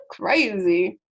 crazy